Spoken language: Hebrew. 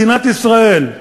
מדינת ישראל,